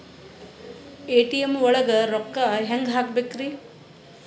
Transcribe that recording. ATM ಒಳಗ್ ರೊಕ್ಕ ಹೆಂಗ್ ಹ್ಹಾಕ್ಬೇಕ್ರಿ?